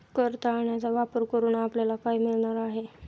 कर टाळण्याचा वापर करून आपल्याला काय मिळणार आहे?